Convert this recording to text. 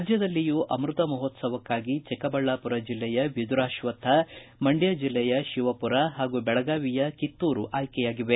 ರಾಜ್ಯದಲ್ಲಿಯೂ ಅಮೃತ ಮಹೋತ್ಸವಕ್ಷಾಗಿ ಚಿಕ್ಕಬಳ್ಯಾಮರ ಜಿಲ್ಲೆಯ ವಿಧುರಾಶ್ವಥ ಮಂಡ್ಹ ಜಿಲ್ಲೆಯ ಶಿವಮರ ಹಾಗೂ ಬೆಳಗಾವಿಯ ಕಿತ್ತೂರು ಆಯ್ಕೆಯಾಗಿವೆ